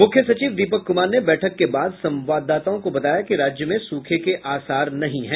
मुख्य सचिव दीपक कुमार ने बैठक के बाद संवाददाताओं को बताया कि राज्य में सूखे के आसार नहीं है